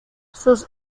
sus